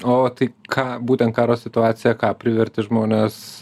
o tai ką būtent karo situacija ką privertė žmones